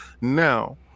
now